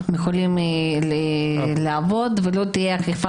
הם יכולים לעבוד ולא תהיה אכיפה,